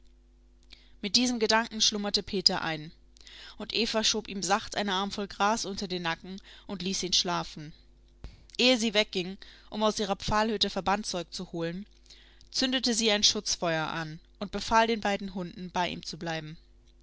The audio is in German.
mit diesem gedanken schlummerte peter ein und eva schob ihm sachte einen armvoll gras unter den nacken und ließ ihn schlafen ehe sie wegging um aus ihrer pfahlhütte verbandzeug zu holen zündete sie ein schutzfeuer an und befahl beiden hunden bei ihm zu bleiben